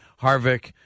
Harvick